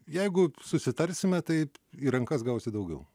jeigu susitarsime taip į rankas gausi daugiau